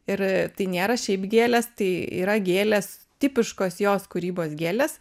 ir tai nėra šiaip gėlės tai yra gėlės tipiškos jos kūrybos gėles